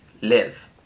live